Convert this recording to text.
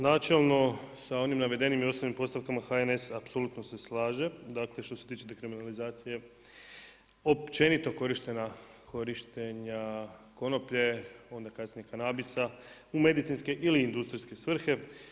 Načelno sa onim navedenim i osnovnim postavkama HNS-a apsolutno se slažem, dakle što se tiče dekriminalizacije općenito korištenja konoplje, a onda kasnije i kanabisa u medicinske ili industrijske svrhe.